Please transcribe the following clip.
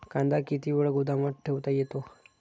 कांदा किती वेळ गोदामात ठेवता येतो?